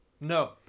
No